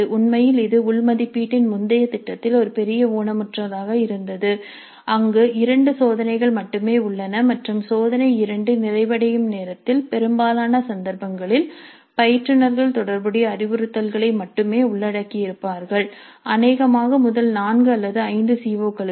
உண்மையில் இது உள் மதிப்பீட்டின் முந்தைய திட்டத்தில் ஒரு பெரிய ஊனமுற்றதாக இருந்தது அங்கு 2 சோதனைகள் மட்டுமே உள்ளன மற்றும் சோதனை 2 நிறைவடையும் நேரத்தில் பெரும்பாலான சந்தர்ப்பங்களில் பயிற்றுனர்கள் தொடர்புடைய அறிவுறுத்தல்களை மட்டுமே உள்ளடக்கியிருப்பார்கள் அநேகமாக முதல் 4 அல்லது 5 சிஓக்களுக்கு